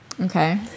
Okay